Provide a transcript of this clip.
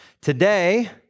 Today